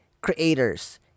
creators